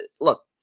Look